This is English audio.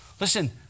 Listen